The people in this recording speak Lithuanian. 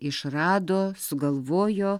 išrado sugalvojo